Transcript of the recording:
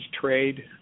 trade